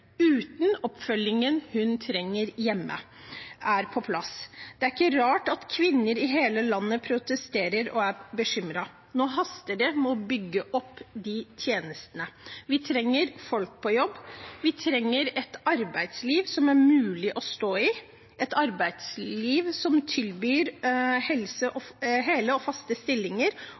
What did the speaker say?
uten at oppfølgingen hun trenger hjemme, er på plass. Det er ikke rart at kvinner i hele landet protesterer og er bekymret. Nå haster det med å bygge opp de tjenestene. Vi trenger folk på jobb. Vi trenger et arbeidsliv som er mulig å stå i, et arbeidsliv som tilbyr hele og faste stillinger, og